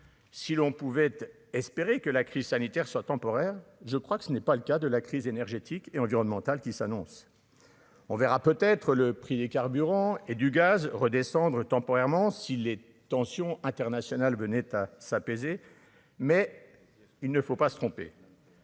si l'on pouvait espérer que la crise sanitaire soit temporaire, je crois que ce n'est pas le cas de la crise énergétique et environnementale qui s'annonce, on verra peut être le prix des carburants et du gaz redescendre temporairement si les tensions internationales venait à s'apaiser mais il ne faut pas se tromper.